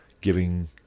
giving